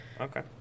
okay